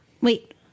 Wait